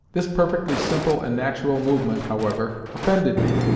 this perfectly simple and natural movement, however, offended me.